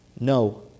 No